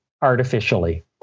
artificially